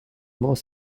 more